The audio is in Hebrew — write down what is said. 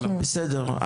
בסדר.